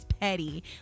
petty